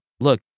Look